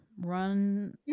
Run